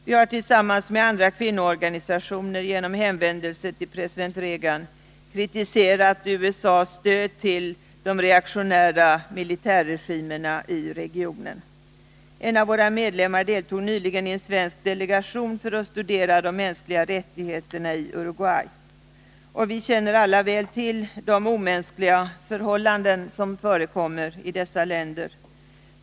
Vi har tillsammans med andra kvinnoorganisationer genom hänvändelse till president Reagan kritiserat USA:s stöd till de reaktionära militärregimerna i regionen. En av våra medlemmar deltog nyligen i en svensk delegation för att studera de mänskliga rättigheterna i Uruguay. Vi känner alla väl till de omänskliga förhållanden som förekommer i dessa länder.